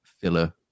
filler